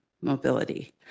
Mobility